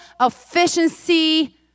efficiency